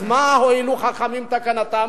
אז מה הועילו חכמים בתקנתם?